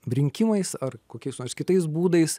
rinkimais ar kokiais nors kitais būdais